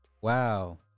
Wow